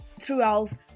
throughout